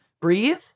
breathe